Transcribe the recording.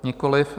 Nikoliv.